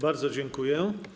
Bardzo dziękuję.